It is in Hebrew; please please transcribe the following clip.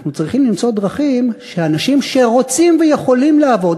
אנחנו צריכים למצוא דרכים שאנשים שרוצים ויכולים לעבוד,